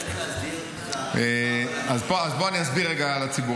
צריך להסדיר את --- אז אסביר רגע לציבור,